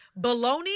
baloney